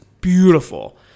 beautiful